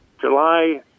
July